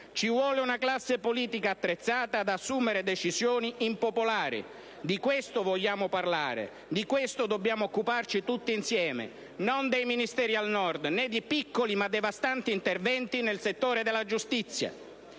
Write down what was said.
ci vuole una classe politica che sappia assumere decisioni impopolari. Di questo vogliamo parlare, di questo dobbiamo occuparci tutti insieme: non dei Ministeri al Nord, né di piccoli, ma devastanti interventi nel settore della giustizia.